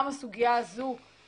וגם העובדה שנדרשתי לסוגיה זו בעבר,